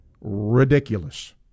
ridiculous